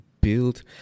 build